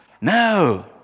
No